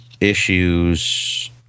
issues